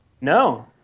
No